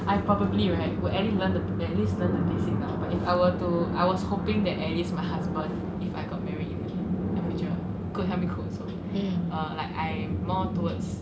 I probably right would at least learn at least the basics lah but if I were to I was hoping that at least my husband if I got married in the future could help me cook also like I'm more towards